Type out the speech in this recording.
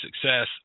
success